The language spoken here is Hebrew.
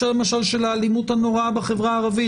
אבל גם בהקשר למשל של האלימות הנוראה בחברה הערבית.